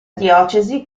diocesi